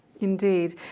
Indeed